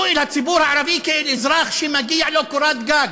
תתייחסו אל הציבור הערבי כאל אזרחים שמגיעה להם קורת גג.